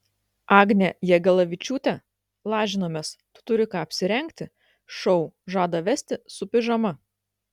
agnė jagelavičiūtė lažinamės tu turi ką apsirengti šou žada vesti su pižama